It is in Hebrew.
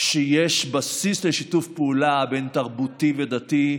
שיש בסיס לשיתוף פעולה בין-תרבותי ודתי.